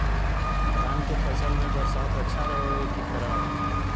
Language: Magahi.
धान के फसल में बरसात अच्छा रहो है कि खराब?